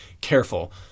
careful